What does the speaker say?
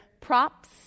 props